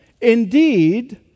Indeed